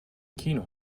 kino